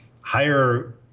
higher